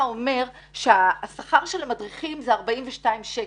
אומר שהשכר של המדריכים זה 42 שקל.